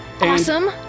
awesome